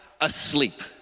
asleep